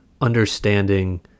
understanding